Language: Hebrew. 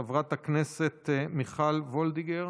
חברת הכנסת מיכל וולדיגר.